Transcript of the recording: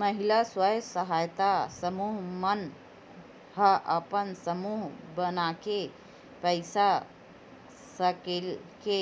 महिला स्व सहायता समूह मन ह अपन समूह बनाके पइसा सकेल के